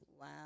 wow